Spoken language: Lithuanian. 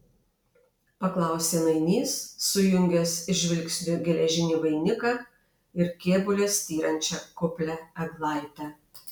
paklausė nainys sujungęs žvilgsniu geležinį vainiką ir kėbule styrančią kuplią eglaitę